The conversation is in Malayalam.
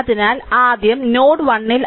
അതിനാൽ ആദ്യം നോഡ് 1 ൽ r KCL പ്രയോഗിക്കുക